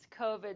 COVID